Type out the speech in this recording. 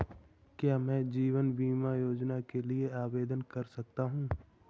क्या मैं जीवन बीमा योजना के लिए आवेदन कर सकता हूँ?